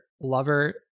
lover